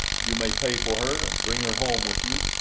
you may pay for her and bring her home with you,